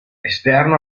esterno